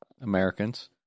Americans